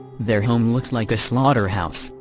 their home looked like a slaughterhouse,